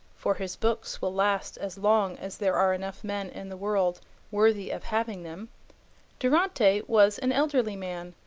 for his books will last as long as there are enough men in the world worthy of having them durante was an elderly man,